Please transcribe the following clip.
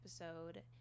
episode